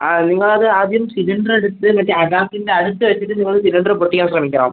ആ നിങ്ങൾ അത് ആദ്യം സിലിണ്ടർ അടുത്ത് മറ്റേ അഡാപ്റ്റിൻ്റടുത്ത് വെച്ചിട്ട് നിങ്ങൾ സിലിണ്ടറ് പൊട്ടിക്കാൻ ശ്രമിക്കണം